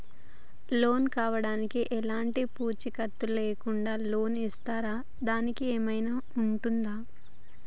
Loan కావడానికి ఎలాంటి పూచీకత్తు లేకుండా లోన్ ఇస్తారా దానికి ఏమైనా ఉంటుందా?